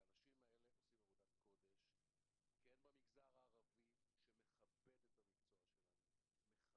והאנשים האלה עושים עבודת קודש כי הם במגזר הערבי שמכבד את המקצוע שלנו.